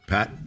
Pat